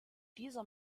dieser